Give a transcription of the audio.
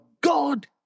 God